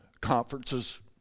conferences